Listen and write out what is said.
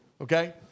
okay